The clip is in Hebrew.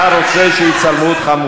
אתה רוצה שיצלמו אותך?